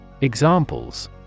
Examples